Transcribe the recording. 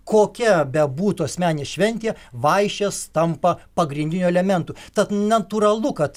kokia bebūtų asmeninė šventė vaišės tampa pagrindiniu elementu tad natūralu kad